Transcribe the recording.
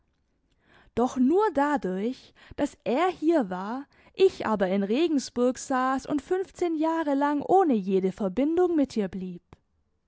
doch nur dadurch daß er hier war ich aber in regensburg saß und fünfzehn jahre lang ohne jede verbindung mit ihr blieb